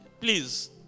please